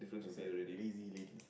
is a lazy lady